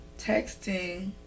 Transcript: texting